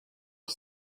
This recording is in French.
aux